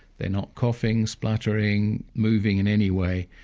they're not coughing, spluttering, moving in any way,